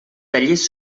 tallers